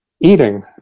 eating